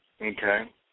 Okay